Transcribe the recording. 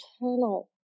eternal